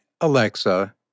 Alexa